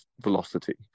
velocity